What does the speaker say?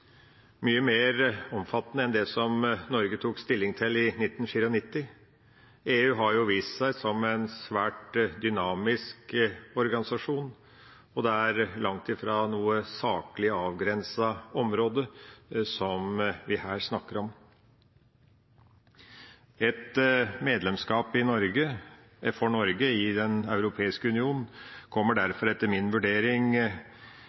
mye mer omfattende enn det som Norge tok stilling til i 1994. EU har vist seg som en svært dynamisk organisasjon, og det er langt fra noe saklig avgrenset område vi her snakker om. Et medlemskap for Norge i Den europeiske union kommer